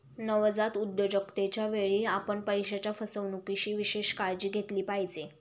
नवजात उद्योजकतेच्या वेळी, आपण पैशाच्या फसवणुकीची विशेष काळजी घेतली पाहिजे